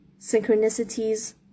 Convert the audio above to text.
Synchronicities